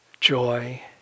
joy